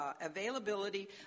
availability